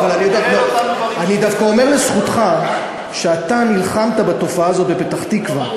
אני דווקא אומר לזכותך שאתה נלחמת בתופעה הזאת בפתח-תקווה,